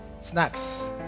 snacks